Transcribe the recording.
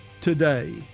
today